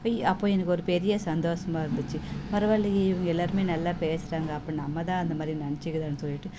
by அப்போ எனக்கு ஒரு பெரிய சந்தோசமாக இருந்துச்சு பரவாயில்லையே இவங்க எல்லோருமே நல்லா பேசுகிறாங்க அப்போ நம்ம தான் அந்த மாதிரி நினச்சிக்கிறோன்னு சொல்லிகிட்டு